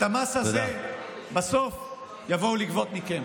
את המס הזה בסוף יבואו לגבות מכם.